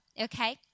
Okay